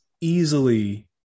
easily